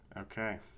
okay